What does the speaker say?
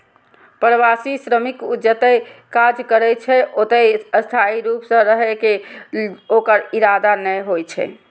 प्रवासी श्रमिक जतय काज करै छै, ओतय स्थायी रूप सं रहै के ओकर इरादा नै होइ छै